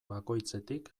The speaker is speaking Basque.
bakoitzetik